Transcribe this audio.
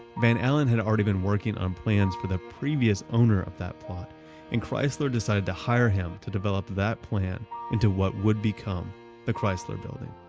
van alen had already been working on plans for the previous owner of that plot and chrysler decided to hire him to develop that plan into what would become the chrysler building.